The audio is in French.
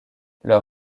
leur